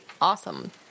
awesome